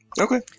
Okay